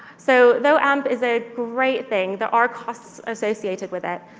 so though amp is a great thing, there are costs associated with it.